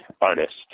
artist